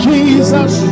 Jesus